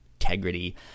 integrity